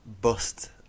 bust